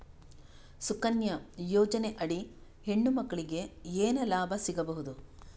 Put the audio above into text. ಸುಕನ್ಯಾ ಯೋಜನೆ ಅಡಿ ಹೆಣ್ಣು ಮಕ್ಕಳಿಗೆ ಏನ ಲಾಭ ಸಿಗಬಹುದು?